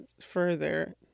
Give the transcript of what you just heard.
further